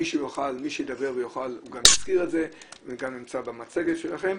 מי שידבר הוא גם יזכיר את זה וזה גם נמצא במצגת שלכם.